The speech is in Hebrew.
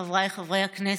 חבריי חברי הכנסת,